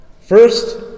First